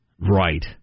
Right